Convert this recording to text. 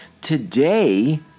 Today